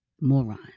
moron